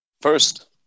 first